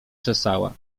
czesała